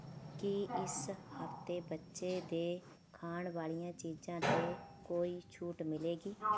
ਕੀ ਇਸ ਹਫ਼ਤੇ ਬੱਚੇ ਦੇ ਖਾਣ ਵਾਲੀਆਂ ਚੀਜ਼ਾਂ 'ਤੇ ਕੋਈ ਛੂਟ ਮਿਲੇਗੀ